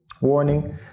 warning